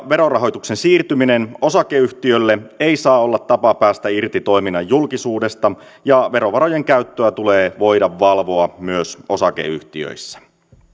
verorahoituksen siirtyminen osakeyhtiölle ei saa olla tapa päästä irti toiminnan julkisuudesta ja verovarojen käyttöä tulee voida valvoa myös osakeyhtiöissä